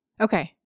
Okay